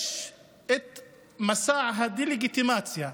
יש מסע דה-לגיטימציה,